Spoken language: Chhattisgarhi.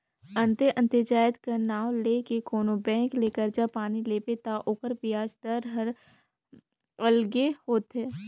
अन्ते अन्ते जाएत कर नांव ले के कोनो बेंक ले करजा पानी लेबे ता ओकर बियाज दर हर अलगे होथे